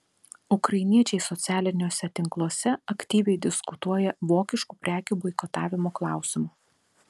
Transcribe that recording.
ukrainiečiai socialiniuose tinkluose aktyviai diskutuoja vokiškų prekių boikotavimo klausimu